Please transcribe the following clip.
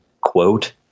quote